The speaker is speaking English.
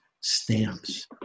stamps